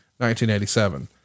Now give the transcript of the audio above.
1987